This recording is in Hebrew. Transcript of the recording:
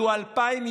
יהיו 2,000,